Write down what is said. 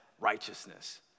righteousness